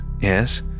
yes